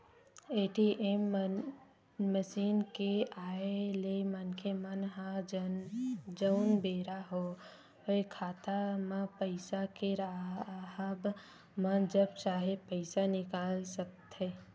ATM machine के आय ले मनखे मन ह जउन बेरा होय खाता म पइसा के राहब म जब चाहे पइसा निकाल सकथे